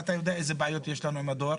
אתה יודע איזה בעיות יש לנו עם הדואר.